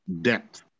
depth